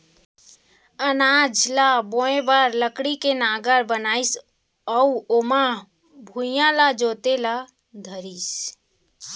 अनाज ल बोए बर लकड़ी के नांगर बनाइस अउ ओमा भुइयॉं ल जोते ल धरिस